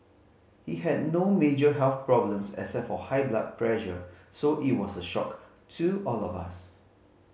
he had no major health problems except for high blood pressure so it was a shock to all of us